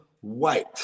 White